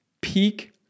peak